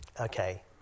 Okay